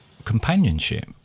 companionship